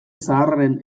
zaharraren